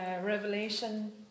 Revelation